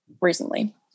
recently